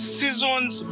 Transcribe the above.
seasons